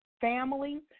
family